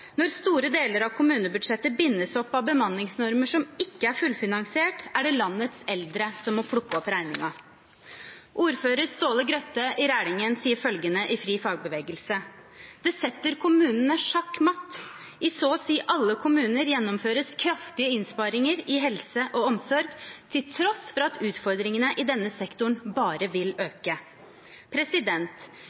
Når store deler av kommunebudsjettet bindes opp av bemanningsnormer som ikke er fullfinansiert, er det landets eldre som må plukke opp regningen. Ordfører Ståle Grøtte i Rælingen sier følgende i FriFagbevegelse: «Det setter kommunene sjakkmatt. I så å si alle kommuner gjennomføres nå kraftige innsparinger i helse- og omsorg, til tross for at utfordringene innen denne sektoren bare vil øke.»